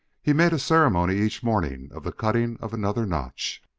he made a ceremony each morning of the cutting of another notch.